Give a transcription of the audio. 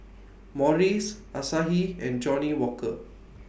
Morries Asahi and Johnnie Walker